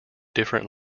different